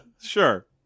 Sure